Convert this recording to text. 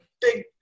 big